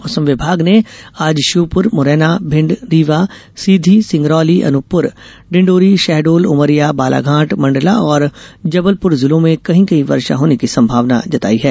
मौसम विभाग ने आज श्योपुर मुरैना भिंड रीवा सीधी सिंगरौली अनूपपुर डिंडोरी शहडोल उमरिया बालाघाट मंडला और जबलपुर जिलों में कहीं कहीं वर्षा होने की संभावना है